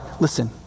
listen